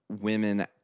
women